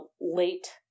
late